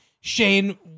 Shane